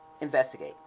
investigate